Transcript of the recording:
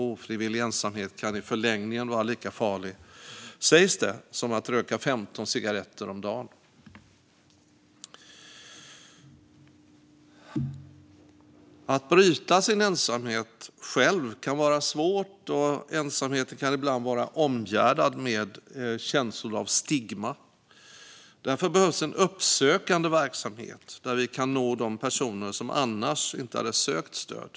Ofrivillig ensamhet kan i förlängningen vara lika farligt som att röka 15 cigaretter om dagen, sägs det. Att själv bryta sin ensamhet kan vara svårt, och ensamheten kan ibland vara omgärdad med känslor av stigma. Därför behövs en uppsökande verksamhet där vi kan nå de personer som annars inte hade sökt stöd.